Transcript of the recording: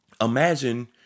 Imagine